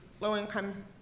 low-income